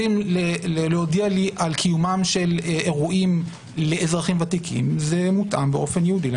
כיוון שלא התכוונו לזה, כמובן נטייב את